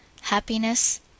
happiness